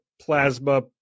plasma